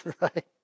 right